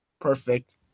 Perfect